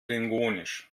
klingonisch